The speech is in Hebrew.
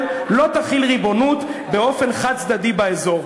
לא תחיל ריבונות באופן חד-צדדי באזור".